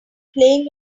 playing